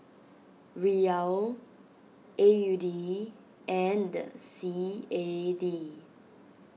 Riyal A U D and C A D